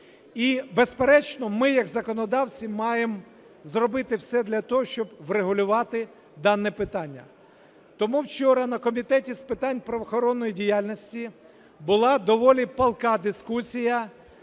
І, безперечно, ми як законодавці маємо зробити все для того, щоб врегулювати дане питання. Тому вчора на Комітеті з питань правоохоронної діяльності була доволі палка дискусія.